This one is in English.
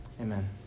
Amen